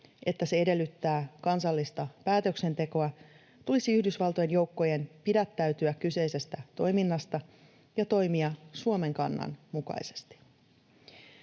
että se edellyttää kansallista päätöksentekoa, tulisi Yhdysvaltojen joukkojen pidättäytyä kyseisestä toiminnasta ja toimia Suomen kannan mukaisesti.